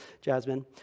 Jasmine